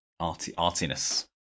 Artiness